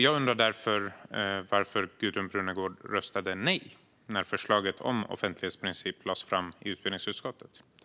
Jag undrar därför varför Gudrun Brunegård röstade nej när förslaget om offentlighetsprincip lades fram i utbildningsutskottet.